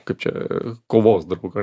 kaip čia kovos draugą